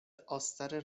آستر